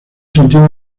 sentido